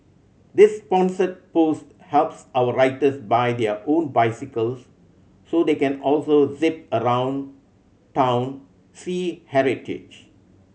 this sponsored post helps our writers buy their own bicycles so they can also zip around town see heritage